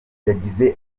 yagize